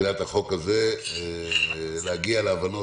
תחילת החוק הזה להגיע להבנות